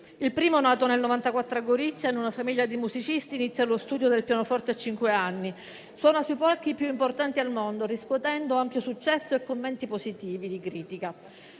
Il primo, nato nel 1994 a Gorizia in una famiglia di musicisti, ha iniziato lo studio del pianoforte a cinque anni e suona sui palchi più importanti al mondo, riscuotendo ampio successo e commenti positivi di critica.